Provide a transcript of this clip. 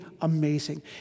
amazing